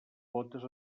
potes